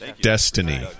destiny